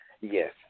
Yes